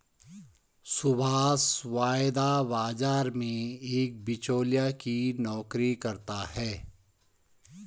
सुभाष वायदा बाजार में एक बीचोलिया की नौकरी करता है